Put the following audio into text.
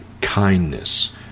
kindness